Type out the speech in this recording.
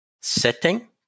setting